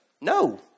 No